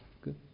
Good